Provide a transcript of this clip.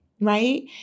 right